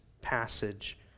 passage